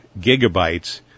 gigabytes